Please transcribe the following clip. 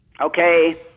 Okay